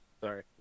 Sorry